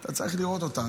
אתה צריך לראות אותה.